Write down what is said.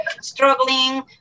struggling